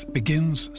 begins